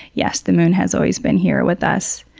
yes, the moon has always been here with us.